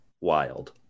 wild